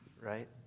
right